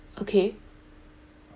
okay